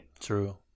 True